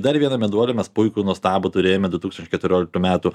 dar vieną meduolį mes puikų nuostabų turėjome du tūkstančiai keturioliktų metų